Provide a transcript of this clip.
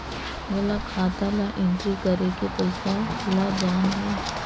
मोला खाता ला एंट्री करेके पइसा ला जान हे?